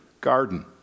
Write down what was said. garden